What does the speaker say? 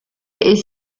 est